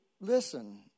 listen